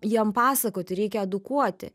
jiem pasakoti reikia edukuoti